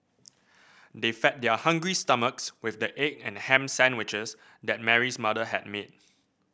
they fed their hungry stomachs with the egg and ham sandwiches that Mary's mother had made